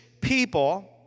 people